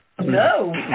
No